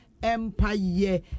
Empire